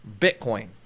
Bitcoin